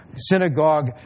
synagogue